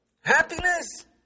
Happiness